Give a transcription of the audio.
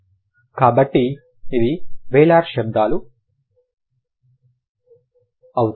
కాబట్టి అది వేలార్ శబ్దాలు అవుతాయి